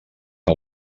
que